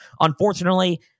unfortunately